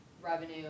Revenue